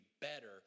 better